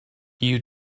you